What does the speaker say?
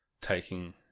taking